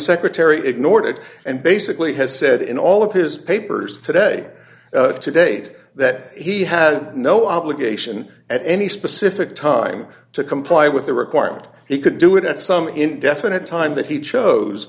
secretary ignored it and basically has said in all of his papers today to date that he had no obligation at any specific time to comply with the requirement he could do it at some indefinite time that he chose